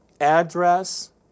address